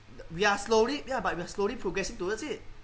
we are slowly ya but we're slowly progressing towards it